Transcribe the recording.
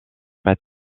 pas